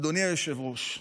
אדוני היושב-ראש,